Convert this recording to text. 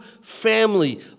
family